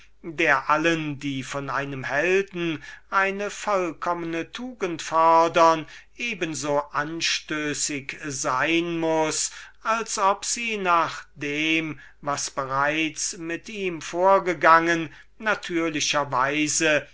der denenjenigen welche von einem helden eine vollkommene tugend fordern eben so anstößig sein wird als ob sie nach allem was bereits mit ihm vorgegangen